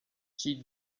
she